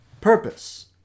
Purpose